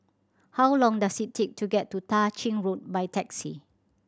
how long does it take to get to Tah Ching Road by taxi